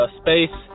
space